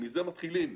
מזה מתחילים.